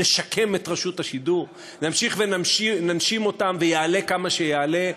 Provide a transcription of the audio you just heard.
"נשקם את רשום השידור" נמשיך וננשים אותם ויעלה כמה שיעלה,